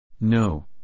No